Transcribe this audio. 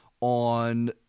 on